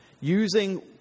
using